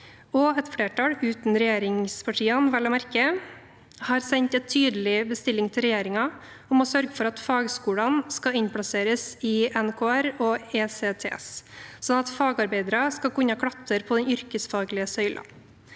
å merke uten regjeringspartiene – har sendt en tydelig bestilling til regjeringen om å sørge for at fagskolene skal innplasseres i NKR og ECTS, sånn at fagarbeidere skal kunne klatre på den yrkesfaglige søylen.